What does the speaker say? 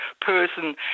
person